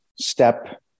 step